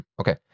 Okay